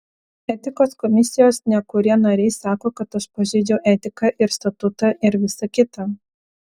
etikos komisijos nekurie nariai sako kad aš pažeidžiau etiką ir statutą ir visa kita